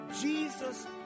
Jesus